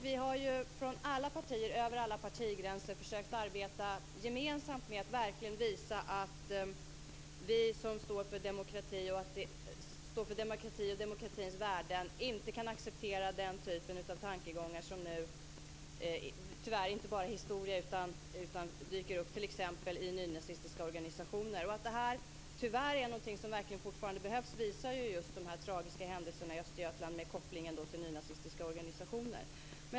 Vi har från alla partier över alla partigränser försökt att arbeta gemensamt för att visa att vi som står för demokrati och demokratins värden inte kan acceptera den typ av tankegångar som nu tyvärr inte är historia utan som dyker upp i t.ex. nynazistiska organisationer. Att detta arbete fortfarande behövs visar de tragiska händelserna i Östergötland med kopplingen till nynazistiska organisationer.